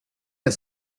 has